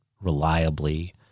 reliably